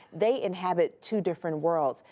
they inhabit two different worlds.